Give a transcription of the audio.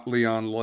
Leon